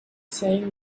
saying